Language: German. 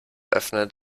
öffnet